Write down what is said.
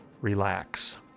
relax